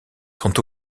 sont